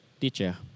teacher